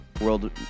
world